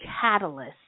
catalyst